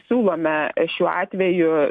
siūlome šiuo atveju